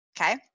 Okay